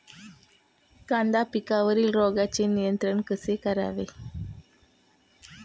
कांदा पिकावरील रोगांचे नियंत्रण कसे करावे?